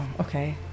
okay